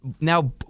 now